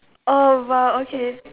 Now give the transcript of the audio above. oval okay